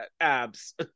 abs